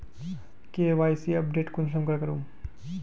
KYC update कुंसम करे करूम?